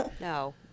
No